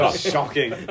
shocking